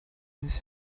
his